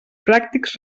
pràctics